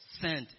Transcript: sent